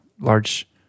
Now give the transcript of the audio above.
large